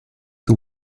the